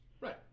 right